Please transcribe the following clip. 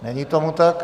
Není tomu tak.